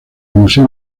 museo